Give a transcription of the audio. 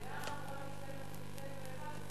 המליאה אמורה להסתיים ב-23:00.